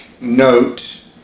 note